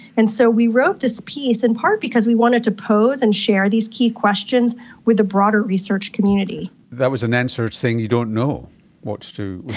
and so we wrote this piece, in part because we wanted to pose and share these key questions with the broader research community. that was an answer saying you don't know what to